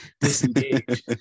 disengage